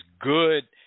good